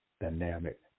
dynamic